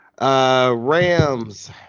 Rams